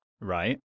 Right